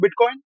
Bitcoin